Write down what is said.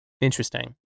Interesting